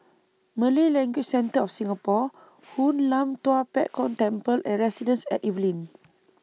Malay Language Centre of Singapore Hoon Lam Tua Pek Kong Temple and Residences At Evelyn